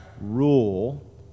rule